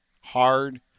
hard